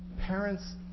Parents